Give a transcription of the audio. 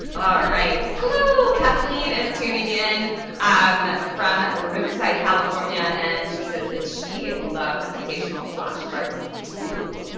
alright, hello kathleen is tuning in um from riverside, california and she says that she loves occasional flashcards, too.